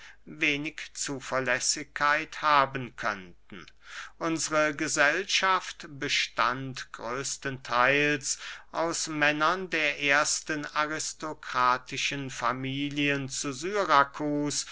wenig zuverlässigkeit haben könnten unsre gesellschaft bestand größten theils aus männern der ersten aristokratischen familien zu syrakus